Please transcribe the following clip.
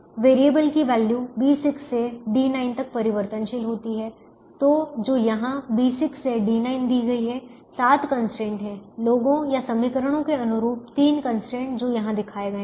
variable की value B6 से D9 तक परिवर्तनशील होती है तो जो यहाँ B6 से D9 दी गई हैं सात कंस्ट्रेंट हैं लोगों या समीकरणों के अनुरूप तीन कंस्ट्रेंट जो यहाँ दिखाए गए हैं